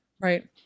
right